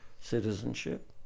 citizenship